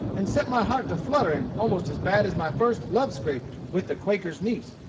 and set my heart to fluttering almost as bad as my first love-scrape with the quaker's niece.